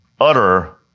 utter